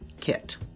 kit